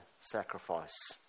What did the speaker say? sacrifice